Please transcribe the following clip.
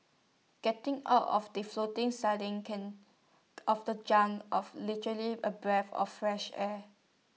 getting out of that floating sardine can of the junk of literally A breath of fresh air